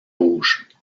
rouge